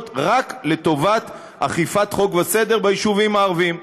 רק לטובת אכיפת חוק וסדר ביישובים הערביים.